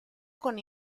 con